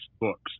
books